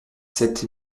sept